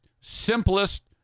simplest